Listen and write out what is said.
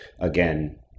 again